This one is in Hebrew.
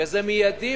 וזה מיידי,